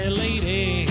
lady